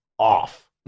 Off